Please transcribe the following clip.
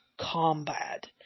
combat